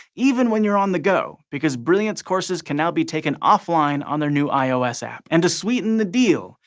even when you're on the go, because brilliant's courses can now be taken offline on their new ios app. and to sweeten the deal,